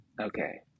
Okay